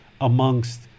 amongst